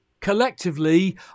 collectively